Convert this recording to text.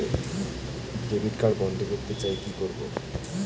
Debit card বন্ধ করতে চাই কি করব?